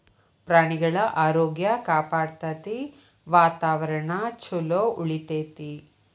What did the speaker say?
ಪ್ರಾಣಿಗಳ ಆರೋಗ್ಯ ಕಾಪಾಡತತಿ, ವಾತಾವರಣಾ ಚುಲೊ ಉಳಿತೆತಿ